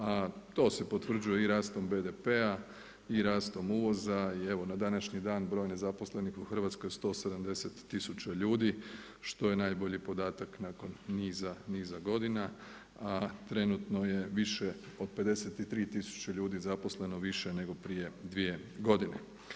A to se potvrđuje i rastom BDP-a i rastom uvoza i evo, na današnji dan broj nezaposlenih u Hrvatskoj je 170 tisuća ljudi, što je najbolji podatak nakon niza, niza godina, a trenutno je više od 53 tisuće ljudi zaposleno više nego prije 2 godine.